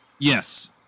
Yes